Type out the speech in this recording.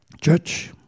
Church